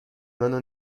منو